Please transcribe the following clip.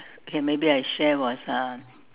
okay maybe I share was uh